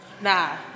Nah